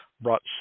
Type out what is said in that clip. brought